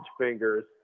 fingers